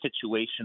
situation